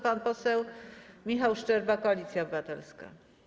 Pan poseł Michał Szczerba, Koalicja Obywatelska.